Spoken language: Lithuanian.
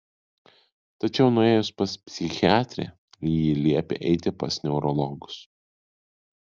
tačiau nuėjus pas psichiatrę ji liepė eiti pas neurologus